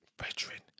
Veteran